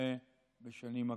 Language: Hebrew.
שנראה בשנים הקרובות.